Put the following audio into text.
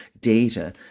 data